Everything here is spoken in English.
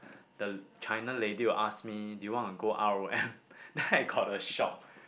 the China lady will ask me do you want to go R_O_M then I got a shock